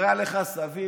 נראה לך סביר?